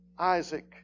Isaac